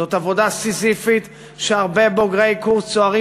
זאת עבודה סיזיפית שהרבה בוגרי קורס צוערים